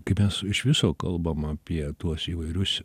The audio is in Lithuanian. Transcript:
kai mes iš viso kalbam apie tuos įvairius